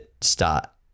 start